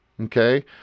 Okay